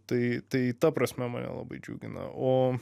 tai tai ta prasme mane labai džiugina o